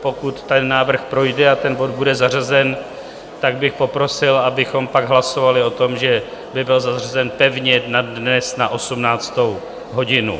Pokud ten návrh projde a ten bod bude zařazen, tak bych poprosil, abychom pak hlasovali o tom, že by byl zařazen pevně na dnes na 18. hodinu.